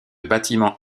bâtiment